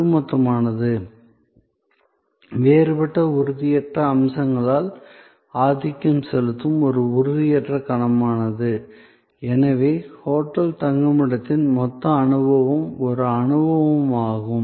ஒட்டுமொத்தமானது வேறுபட்ட உறுதியற்ற அம்சங்களால் ஆதிக்கம் செலுத்தும் ஒரு உறுதியற்ற கனமானது எனவே ஹோட்டல் தங்குமிடத்தின் மொத்த அனுபவம் ஒரு அனுபவம் ஆகும்